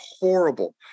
horrible